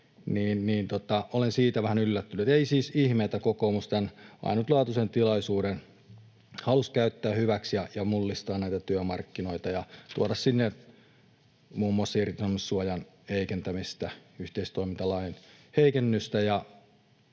olen siitä vähän yllättynyt. Ei siis ihme, että kokoomus tämän ainutlaatuisen tilaisuuden halusi käyttää hyväksi ja mullistaa työmarkkinoita ja tuoda sinne muun muassa irtisanomissuojan heikentämistä, yhteistoimintalain heikennystä